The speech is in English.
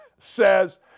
says